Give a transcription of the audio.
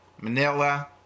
Manila